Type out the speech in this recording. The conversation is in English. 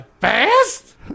Fast